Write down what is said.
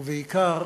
ובעיקר